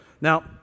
Now